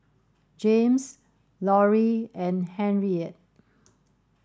Jaymes Lorie and Henriette